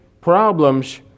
problems